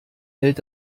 hält